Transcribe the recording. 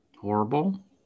Horrible